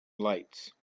lights